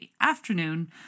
afternoon